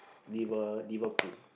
Liver Liverpool